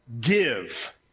give